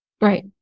Right